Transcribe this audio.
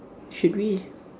should we